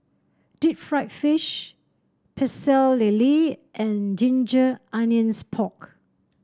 Deep Fried Fish Pecel Lele and Ginger Onions Pork